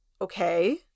Okay